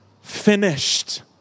finished